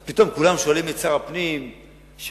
אז פתאום כולם שואלים את שר הפנים שאלות.